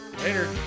later